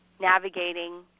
navigating